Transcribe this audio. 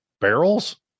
barrels